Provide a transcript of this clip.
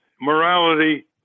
morality